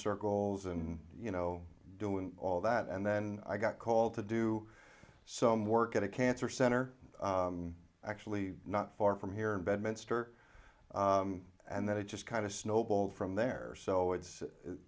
circles and you know doing all that and then i got called to do so mork at a cancer center actually not far from here in bedminster and then it just kind of snowballed from there so it's